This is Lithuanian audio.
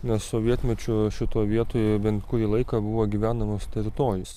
nes sovietmečiu šitoj vietoj bent kurį laiką buvo gyvenamos teritorijos